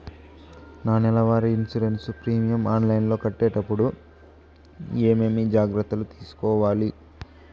నా నెల వారి ఇన్సూరెన్సు ప్రీమియం ఆన్లైన్లో కట్టేటప్పుడు ఏమేమి జాగ్రత్త లు తీసుకోవాలి?